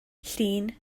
llun